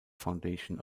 foundation